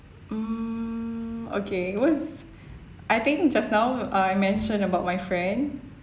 mm okay what's I think just now uh I mention about my friend